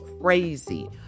crazy